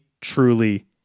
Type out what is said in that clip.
Truly